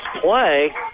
play